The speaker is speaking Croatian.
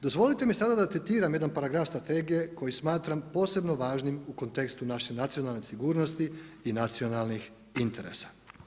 Dozvolite mi sada da citiram jedan paragraf strategije koji smatram posebno važnim u kontekstu naše nacionalne sigurnosti i nacionalnih interesa.